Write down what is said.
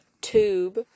tube